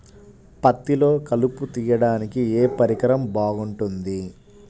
పత్తిలో కలుపు తీయడానికి ఏ పరికరం బాగుంటుంది?